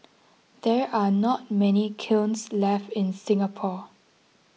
there are not many kilns left in Singapore